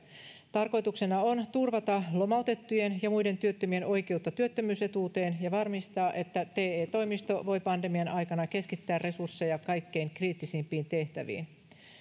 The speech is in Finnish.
tarkoituksena on turvata lomautettujen ja muiden työttömien oikeutta työttömyysetuuteen ja varmistaa että te toimisto voi pandemian aikana keskittää resursseja kaikkein kriittisimpiin tehtäviin